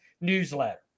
newsletter